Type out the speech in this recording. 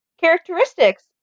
characteristics